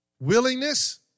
willingness